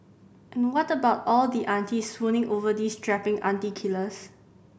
and what about all the aunties swooning over these strapping auntie killers